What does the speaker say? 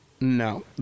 no